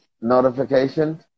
notification